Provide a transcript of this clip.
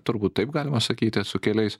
turbūt taip galima sakyti su keliais